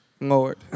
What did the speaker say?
Lord